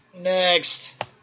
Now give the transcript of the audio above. Next